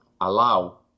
allow